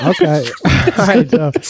Okay